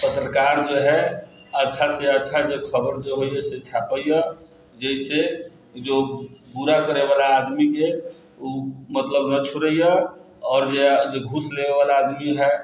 पत्रकार जो है अच्छासँ अच्छा खबरि जे होइ यऽ से छापै यऽ जैसे जो बुरा करैवला आदमीके उ मतलब ना छोड़ै यऽ आओर जे घूस लै वला आदमी है